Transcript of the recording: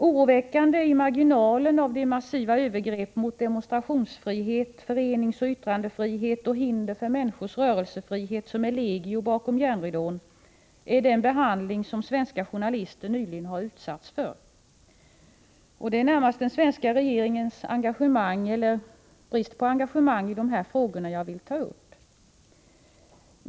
Oroväckande i marginalen av de massiva övergrepp mot demonstrationsfrihet, föreningsoch yttrandefrihet och hinder för människors rörelsefrihet som är legio bakom järnridån är den behandling som svenska journalister nyligen har utsatts för. Det är närmast den svenska regeringens engagemang eller brist på engagemang i dessa frågor som jag vill ta upp.